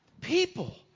People